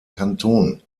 kanton